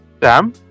Sam